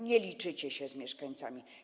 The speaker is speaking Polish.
Nie liczycie się z mieszkańcami.